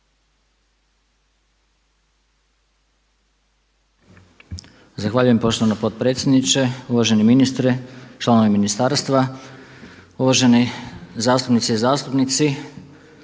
Zahvaljujem poštovana potpredsjednice. Uvaženi ministre, članovi ministarstva, uvaženi zastupnici i zastupnice.